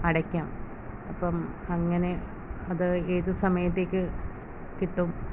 അടയ്ക്കാം അപ്പം അങ്ങനെ അത് ഏത് സമയത്തേക്ക് കിട്ടും